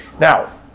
Now